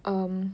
um